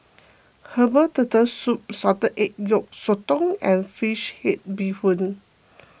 Herbal Turtle Soup Salted Egg Yolk Sotong and Fish Head Bee Hoon